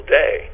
day